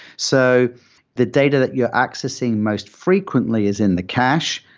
so the data that you're accessing most frequently is in the cache,